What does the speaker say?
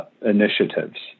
Initiatives